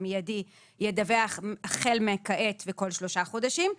במיידי ידווח החל מכעת וכל שלושה חודשים,